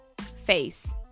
face